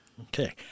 Okay